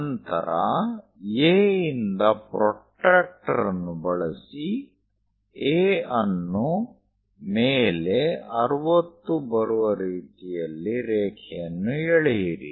ನಂತರ A ಇಂದ protractor ಅನ್ನು ಬಳಸಿ A ಅನ್ನು ಮೇಲೆ 60 ಬರುವ ರೀತಿಯಲ್ಲಿ ರೇಖೆಯನ್ನು ಎಳೆಯಿರಿ